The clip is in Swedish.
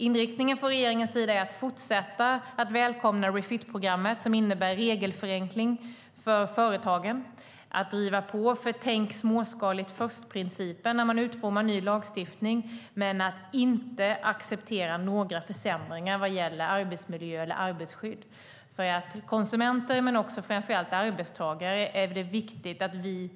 Inriktningen från regeringens sida är att fortsätta att välkomna Refit-programmet, som innebär regelförenkling för företagen, och att driva på för principen om att först tänka småskaligt när man utformar ny lagstiftning men inte att acceptera några försämringar vad gäller arbetsmiljö eller arbetstagarskydd. För konsumenter och framför allt arbetstagare är det viktigt att vi